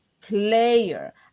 player